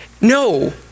no